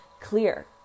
clear